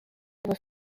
was